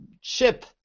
ship